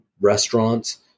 restaurants